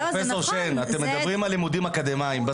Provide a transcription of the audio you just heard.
מדברים על לימודים אקדמאים.